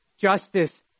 Justice